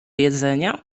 jedzenia